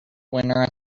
winner